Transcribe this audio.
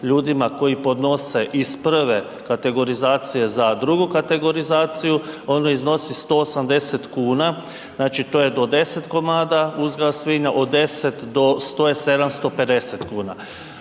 ljudima koji podnose iz prve kategorizacije za drugu kategorizaciju, one iznosi 180 kuna. Znači to je do 10 komada uzgoja svinja, od 10 do 100 je 750 kuna.